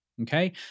Okay